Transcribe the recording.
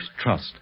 trust